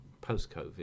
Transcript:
post-COVID